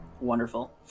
Wonderful